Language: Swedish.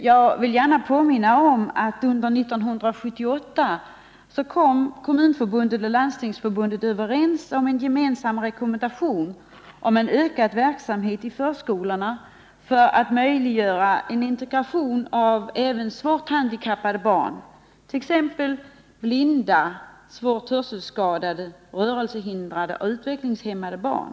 Jag vill gärna påminna om att Kommunförbundet och Landstingsförbundet år 1978 kom överens om en gemensam rekommendation angående en ökad verksamhet i förskolorna för att möjliggöra integration av även svårt handikappade barn, t.ex. blinda, svårt hörselskadade, rörelsehindrade och utvecklingshämmade barn.